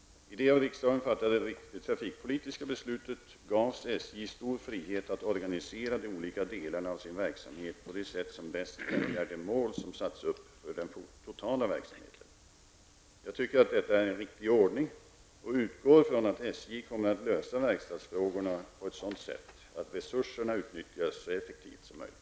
I det av riksdagen fattade trafikpolitiska beslutet gavs SJ stor frihet att organisera de olika delarna av sin verksamhet på det sätt som bäst främjar de mål som satts upp för den totala verksamheten. Jag tycker att detta är en riktig ordning och utgår från att SJ kommer att lösa verkstadsfrågorna på ett sådant sätt att resurserna utnyttjas så effektivt som möjligt.